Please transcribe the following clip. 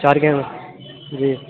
چار کیمرے جی